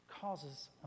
causes